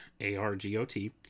A-R-G-O-T